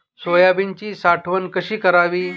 सोयाबीनची साठवण कशी करावी?